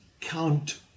count